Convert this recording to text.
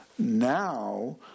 Now